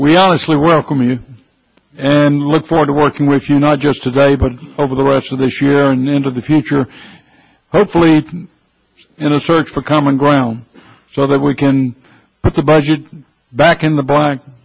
we honestly welcome you and look forward to working with you not just today but over the rest of this year and into the future hopefully in a search for common ground so that we can put the budget back in the black